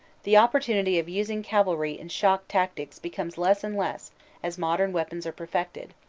the opportunity of using cavalry in shock tactics becomes less and less as modern veapons are perfected.